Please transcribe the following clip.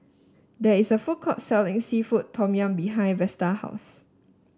there is a food court selling seafood Tom Yum behind Vesta's house